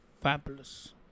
fabulous